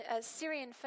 Syrian